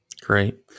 Great